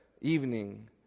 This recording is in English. Evening